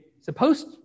supposed